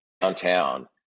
downtown